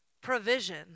provision